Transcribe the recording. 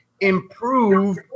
improve